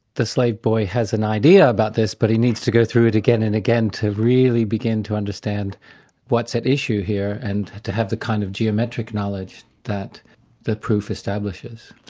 the slave boy has an idea about this, but he needs to go through it again and again to really begin to understand what's at issue here, and to have the kind of geometric knowledge that the proof establishes.